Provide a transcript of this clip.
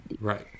Right